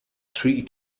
three